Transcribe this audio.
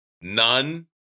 None